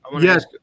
Yes